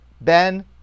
ben